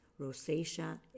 rosacea